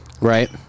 Right